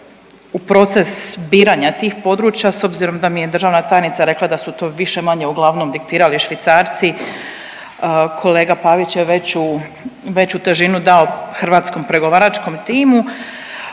u proces biranja tih područja s obzirom da mi je državna tajnica rekla da su to više-manje uglavnom diktirali Švicarci. Kolega Pavić je veću težinu dao hrvatskom pregovaračkom timu,